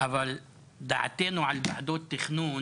אבל דעתנו על ועדות תכנון